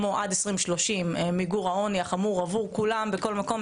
כמו "עד 2030 מיגור העוני החמור עבור כולם ובכל מקום",